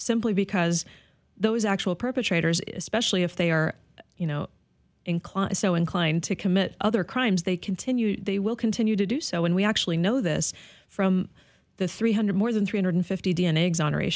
simply because those actual perpetrators especially if they are you know inclined so inclined to commit other crimes they continue they will continue to do so and we actually know this from the three hundred more than three hundred fifty d n a exonerat